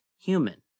human